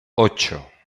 ocho